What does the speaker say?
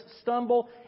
stumble